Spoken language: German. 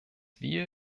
wir